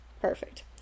Perfect